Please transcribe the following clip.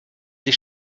sie